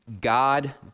God